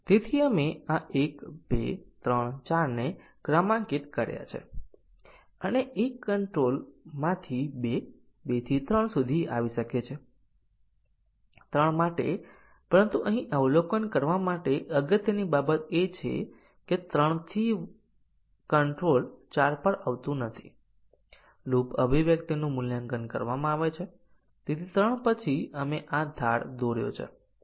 તેથી ટેસ્ટીંગ ના કિસ્સાઓ નિરર્થક છે કારણ કે કમ્પાઇલર ના ઘણાં કેસોના શોર્ટ સર્કિટ મૂલ્યાંકનને લીધે છે તેઓ ખરેખર સમાન મૂલ્યો અથવા સમાન અભિવ્યક્તિ મૂલ્યાંકન સમાન કન્ડીશન નો નકશો બનાવે છે